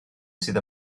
sydd